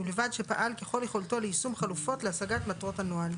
ובלבד שפעל ככל יכולתו ליישום חלופות להשגת מטרות הנוהל.